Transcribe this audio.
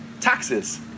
Taxes